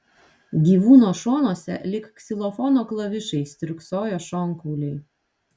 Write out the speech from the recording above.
gyvūno šonuose lyg ksilofono klavišai stirksojo šonkauliai